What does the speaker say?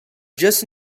just